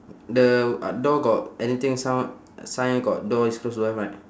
the uh door got anything sound sign got door is closed don't have right